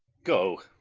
go,